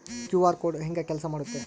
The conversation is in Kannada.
ಕ್ಯೂ.ಆರ್ ಕೋಡ್ ಹೆಂಗ ಕೆಲಸ ಮಾಡುತ್ತೆ?